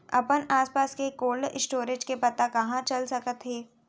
अपन आसपास के कोल्ड स्टोरेज के पता कहाँ चल सकत हे?